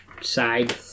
side